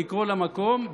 לקרוא למקום.